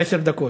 עשר דקות.